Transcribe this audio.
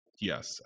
Yes